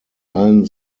allen